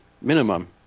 minimum